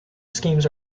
schemes